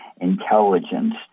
intelligence